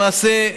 למעשה,